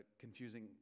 confusing